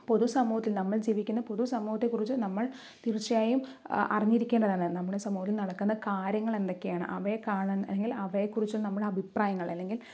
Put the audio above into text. പൊതുസമൂഹത്തിൽ നമ്മൾ ജീവിക്കുന്ന പൊതു സമൂഹത്തെക്കുറിച്ച് നമ്മൾ തീർച്ചയായും അറിഞ്ഞിരിക്കേണ്ടതാണ് നമ്മുടെ സമൂഹത്തിൽ നടക്കുന്ന കാര്യങ്ങൾ എന്തൊക്കെയാണ് അവയെ കാണാൻ അല്ലെങ്കിൽ അവയെക്കുറിച്ച് നമ്മുടെ അഭിപ്രായങ്ങൾ അല്ലങ്കിൽ